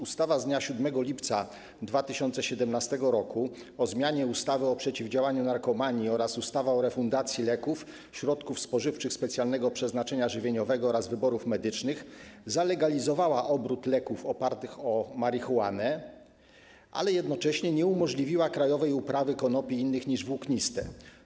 Ustawa z dnia 7 lipca 2017 r. o zmianie ustawy o przeciwdziałaniu narkomanii oraz ustawy o refundacji leków, środków spożywczych specjalnego przeznaczenia żywieniowego oraz wyrobów medycznych zalegalizowała obrót lekami opartymi na marihuanie, ale jednocześnie nie umożliwiła krajowej uprawy konopi innych niż włókniste.